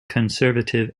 conservative